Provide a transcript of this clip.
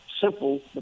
simple